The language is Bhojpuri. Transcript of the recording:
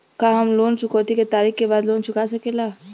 का हम लोन चुकौती के तारीख के बाद लोन चूका सकेला?